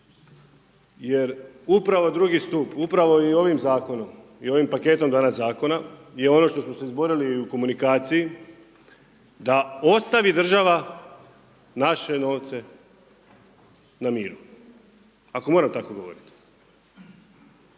Jer upravo drugi stup, upravo i ovim zakonom i ovim paketom danas zakona je ono što smo se izborili i u komunikaciji, da ostavi država naše novce na miru, ako moram tako govorit.